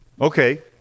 okay